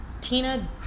Tina